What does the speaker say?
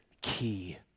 key